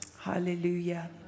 Hallelujah